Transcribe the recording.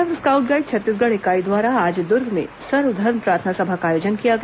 Bharat scout guide Chhattisgarh इकाई द्वारा आज दुर्ग में सर्वधर्म प्रार्थना सभा का आयोजन किया गया